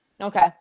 Okay